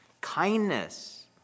Kindness